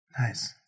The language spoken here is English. nice